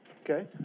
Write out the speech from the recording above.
Okay